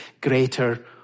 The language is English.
greater